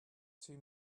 two